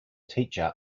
teacher